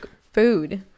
food